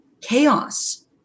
chaos